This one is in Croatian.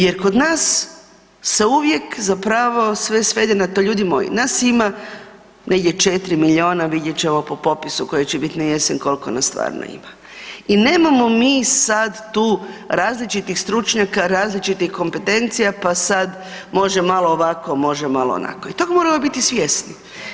Jer kod nas se uvijek zapravo sve svede na tom, ljudi moj, nas ima negdje 4 milijuna, vidjet ćemo po popisu koji će bit na jesen koliko nas stvarno ima i nemamo mi sad tu različitih stručnjaka, različitih kompetencija pa sad može malo ovako, može malo onako, i tog moramo bit svjesni.